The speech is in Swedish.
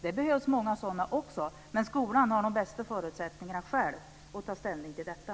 Det behövs många sådana också, men skolan har de bästa förutsättningarna att själv ta ställning till detta.